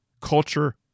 culture